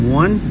one